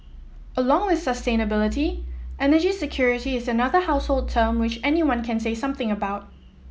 along with sustainability energy security is another household term which anyone can say something about